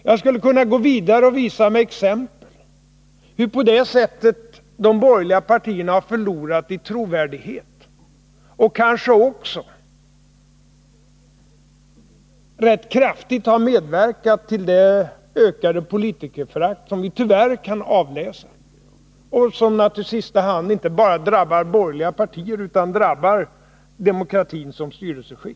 Jag skulle kunna gå vidare och visa med exempel hur på det sättet de borgerliga partierna har förlorat i trovärdighet — och kanske också rätt mycket har medverkat till det ökade politikerförakt som vi tyvärr kan avläsa. Detta drabbar i sista hand inte bara borgerliga partier, utan det drabbar demokratin som styrelseskick.